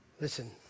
Listen